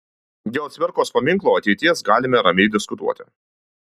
dėl cvirkos paminklo ateities galime ramiai diskutuoti